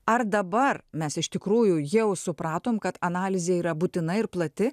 ar dabar mes iš tikrųjų jau supratom kad analizė yra būtina ir plati